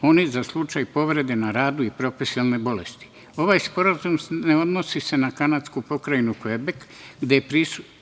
onih za slučaj povrede na radu i profesionalne bolesti. Ovaj sporazum ne odnosi se na kanadsku pokrajinu Kvebek, gde je prisutna